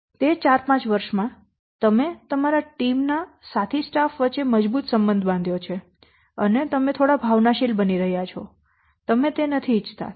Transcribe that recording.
તે ચાર પાંચ વર્ષમાં તમે તમારા ટીમ ના સાથી સ્ટાફ વચ્ચે મજબૂત સંબંધ બાંધ્યો છે અને તમે થોડા ભાવનાશીલ બની રહ્યાં છો અને તમે તે ઇચ્છતા નથી